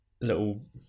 little